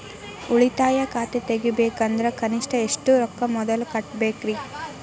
ಉಳಿತಾಯ ಖಾತೆ ತೆಗಿಬೇಕಂದ್ರ ಕನಿಷ್ಟ ಎಷ್ಟು ರೊಕ್ಕ ಮೊದಲ ಕಟ್ಟಬೇಕ್ರಿ?